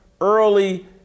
early